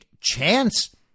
chance